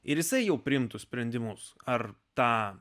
ir jisai jau priimtus sprendimus ar tą